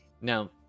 Now